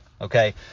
okay